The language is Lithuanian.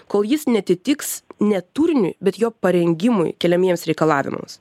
kol jis neatitiks ne turiniui bet jo parengimui keliamiems reikalavimams